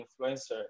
influencer